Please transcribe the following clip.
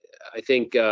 i think,